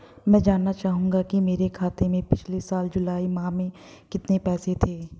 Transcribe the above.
मैं जानना चाहूंगा कि मेरे खाते में पिछले साल जुलाई माह में कितने पैसे थे?